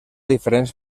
diferents